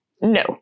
no